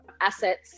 assets